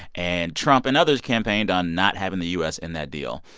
and trump and others campaigned on not having the u s. in that deal.